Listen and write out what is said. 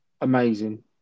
amazing